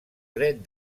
dret